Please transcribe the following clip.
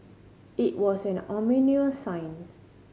it was an ominous sign